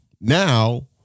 now